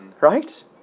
Right